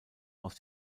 aus